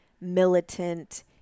militant